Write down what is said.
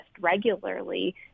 regularly